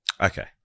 Okay